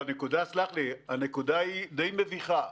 סלח לי, אבל הנקודה היא די מביכה.